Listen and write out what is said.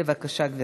בבקשה, גברתי.